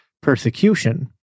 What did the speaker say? persecution